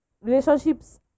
relationships